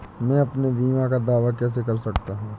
मैं अपने बीमा का दावा कैसे कर सकता हूँ?